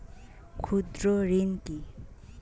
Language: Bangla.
ক্ষুদ্র ঋণ কি?